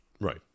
right